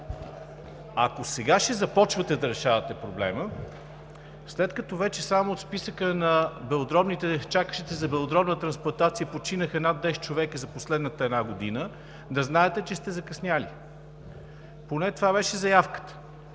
Ако сега ще започвате да решавате проблема, след като вече само от списъка на чакащите за белодробна трансплантация починаха над десет човека за последната една година, да знаете, че сте закъснели. Поне това беше заявката.